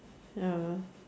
ya